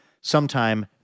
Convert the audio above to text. sometime